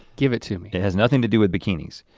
give it to me. it has nothing to do with bikinis.